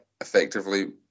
effectively